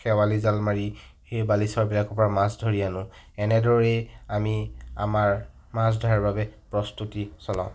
খেৱালি জাল মাৰি সেই বালিচৰ বিলাকৰ পৰা মাছ ধৰি আনো এনেদৰেই আমি আমাৰ মাছ ধৰাৰ বাবে প্ৰস্তুতি চলাওঁ